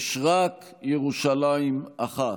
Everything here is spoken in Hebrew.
יש רק ירושלים אחת,